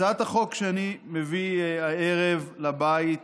הצעת החוק שאני מביא הערב לבית